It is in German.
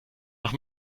nach